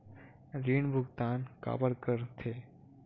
ऋण भुक्तान काबर कर थे?